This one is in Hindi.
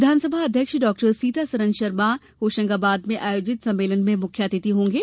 विधानसभा अध्यक्ष डॉ सीतासरण शर्मा होशंगाबाद में आयोजित सम्मेलन में मुख्य अतिथि होंगे